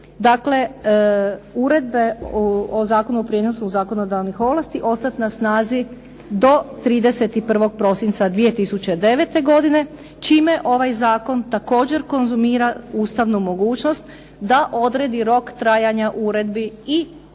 dakle uredbe o Zakonu o prijenosu zakonodavnih ovlasti ostat na snazi do 31. prosinca 2009. godine, čime ovaj zakon također konzumira ustavnu mogućnost da odredi rok trajanja uredbi i dulje